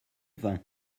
vin